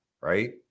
right